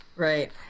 Right